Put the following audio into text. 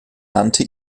nannte